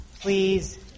Please